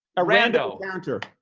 a random encounter.